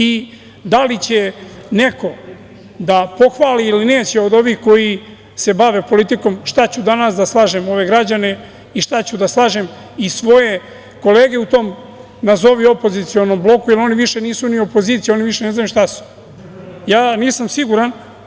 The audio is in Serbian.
I da li će neko da pohvali ili neće od ovih koji se bave politikom, šta ću danas da slažem ove građane i šta ću da slažem i svoje kolege u tom nazovi opozicionom bloku, jer oni više nisu ni opozicija, oni ne znaju šta su, ja nisam siguran.